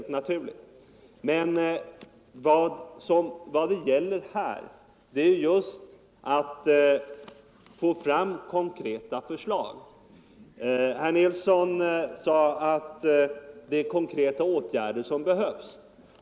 Vad det gäller här är just att få fram konkreta förslag. Herr Nilsson sade att det är konkreta åtgärder som behövs.